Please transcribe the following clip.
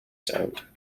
sound